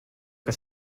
que